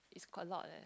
it's quite a lot